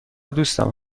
دوستم